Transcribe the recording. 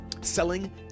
Selling